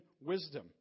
wisdom